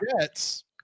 Jets